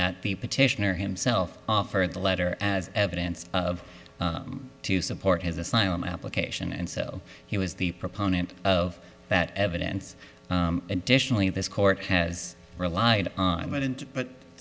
that the petitioner himself offered the letter as evidence of to support his asylum application and so he was the proponent of that evidence additionally this court has relied on it and but